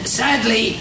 sadly